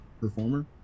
performer